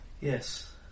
Yes